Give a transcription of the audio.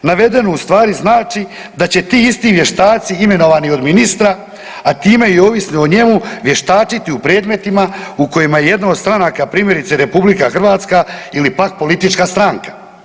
Navedeno u stvari znači da će ti isti vještaci imenovani od ministra, a time i ovisni o njemu vještačiti u predmetima u kojima je jedna od stranaka primjerice Republika Hrvatska ili pak politička stranka.